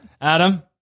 Adam